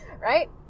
Right